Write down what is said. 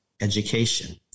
education